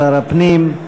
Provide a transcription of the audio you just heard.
שר הפנים,